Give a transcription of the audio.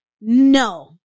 no